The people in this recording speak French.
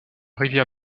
rivière